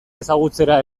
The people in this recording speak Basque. ezagutzera